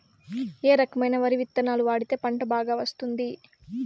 ఏ రకమైన వరి విత్తనాలు వాడితే పంట బాగా వస్తుంది?